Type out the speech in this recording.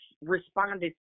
responded